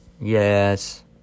Yes